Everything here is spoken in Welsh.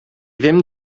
ddim